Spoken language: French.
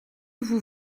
vous